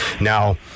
Now